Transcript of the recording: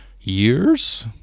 Years